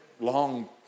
long